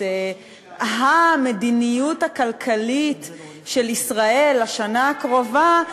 המדיניות הכלכלית של ישראל לשנה הקרובה,